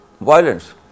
violence